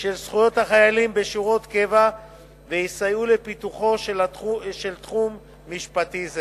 של זכויות החיילים בשירות קבע ויסייעו לפיתוחו של תחום משפטי זה